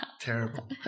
Terrible